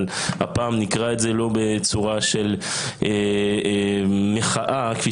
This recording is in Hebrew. אבל הפעם נקרא את זה לא בצורה של מחאה כפי